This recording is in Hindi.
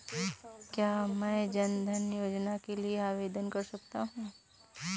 क्या मैं जन धन योजना के लिए आवेदन कर सकता हूँ?